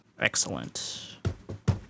Excellent